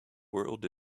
world